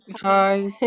Hi